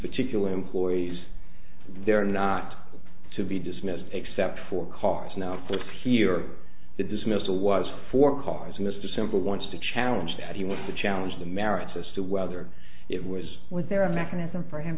particular employees they're not to be dismissed except for cause now for fear the dismissal was for causing this december wants to challenge that he wants to challenge the merits as to whether it was was there a mechanism for him